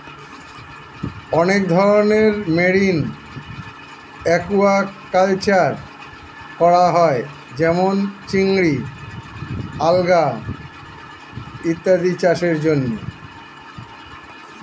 অনেক ধরনের marine aquaculture করা হয় যেমন চিংড়ি, আলগা ইত্যাদি চাষের জন্যে